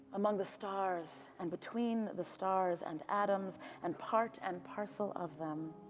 among the stars and between the stars and atoms and part and parcel of them.